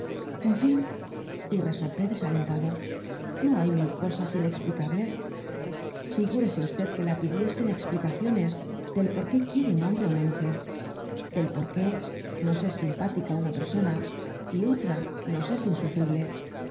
en fin y resoplé desalentado no hay mil cosas inexplicables figúrese usted que la pidiesenexplicaciones del por qué quiere un hombre á una mujer del por qué nos es simpática una persona y otra nos es insufrible